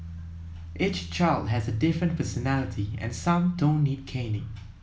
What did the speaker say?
each child has a different personality and some don't need caning